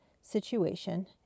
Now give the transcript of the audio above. situation